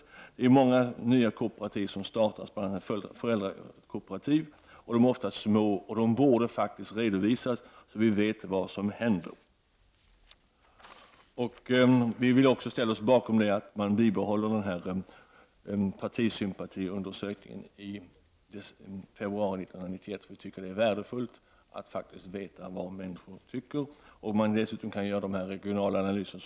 Det startas nu många nya kooperativ, bl.a. föräldrakooperativ. De är ofta små och de borde redovisas för att man skall kunna se vad som händer. Vi ställer oss bakom förslaget om att SCB:s partisympatiundersökningar skall bibehållas. Inför valet 1991 är det värdefullt att få veta vad människor tycker. Det är också värdefullt och viktigt att man kan göra regionala analyser.